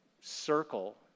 circle